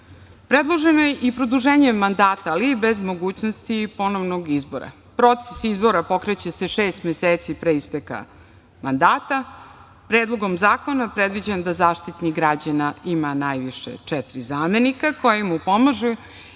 odbora. Predloženo je i produženje mandata, ali bez mogućnosti ponovnog izbora. Proces izbora pokreće se 6 meseci, pre isteka mandata, a predlogom zakona predviđen da Zaštitnik građana ima najviše 4 zamenika koji mu pomažu